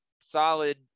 solid